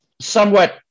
somewhat